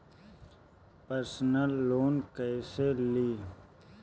Personal loan कैसे ली?